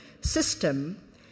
system